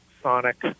sonic